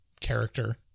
character